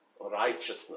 righteousness